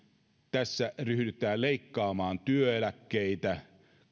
tässä ryhdytään leikkaamaan työeläkkeitä